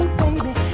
baby